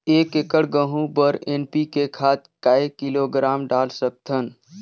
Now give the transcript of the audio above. एक एकड़ गहूं बर एन.पी.के खाद काय किलोग्राम डाल सकथन?